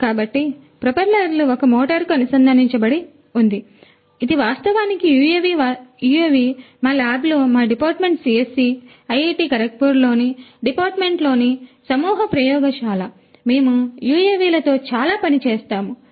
కాబట్టి ప్రొపెల్లర్ ఒక మోటారుకు అనుసంధానించబడి ఉంది ఇది వాస్తవానికి UAV వాస్తవానికి మా ల్యాబ్లో మా డిపార్ట్మెంట్ CSE IIT ఖరగ్పూర్లోని డిపార్ట్మెంట్లోని సమూహ ప్రయోగశాల మేము UAV లతో చాలా పని చేస్తాము